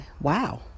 wow